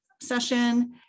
session